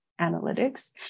analytics